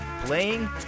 playing